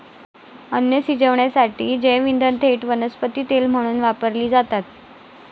अन्न शिजवण्यासाठी जैवइंधने थेट वनस्पती तेल म्हणून वापरली जातात